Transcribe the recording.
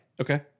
Okay